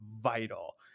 vital